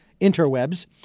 interwebs